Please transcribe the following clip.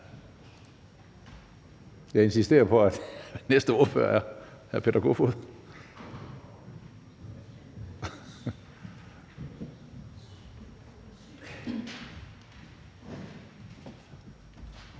Jeg insisterer på, at næste ordfører er hr. Peter Kofod.